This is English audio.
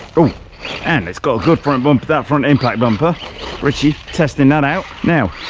oh and it's got a good front bumper, that front impact bumper ritchie testing that out now